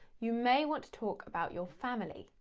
you may want to talk about your family.